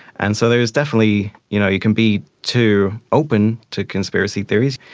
and so there was definitely, you know you can be too open to conspiracy theories,